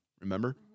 Remember